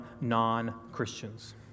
non-Christians